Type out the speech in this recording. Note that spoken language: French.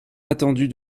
attendue